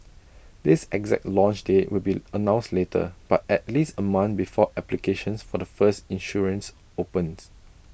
this exact launch date will be announced later but at least A month before applications for the first insurance opens